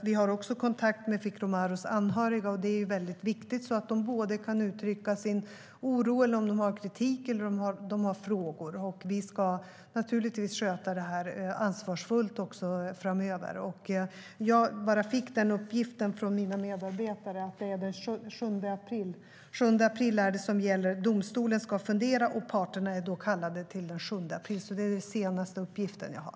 Vi har också kontakt med Fikru Marus anhöriga, och det är väldigt viktigt, så att de både kan uttrycka sin oro eller kritik och ställa frågor. Vi ska naturligtvis sköta detta ansvarsfullt också framöver. Jag fick uppgiften från mina medarbetare att det är den 7 april som gäller. Domstolen ska fundera, och parterna är kallade till den 7 april. Det är den senaste uppgiften jag har.